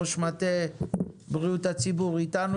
ראש מטה בריאות הציבור איתנו,